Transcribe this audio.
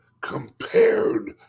compared